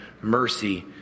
mercy